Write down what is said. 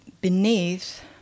beneath